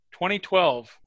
2012